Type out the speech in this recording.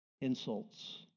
insults